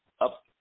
up